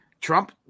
Trump